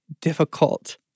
difficult